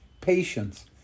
patience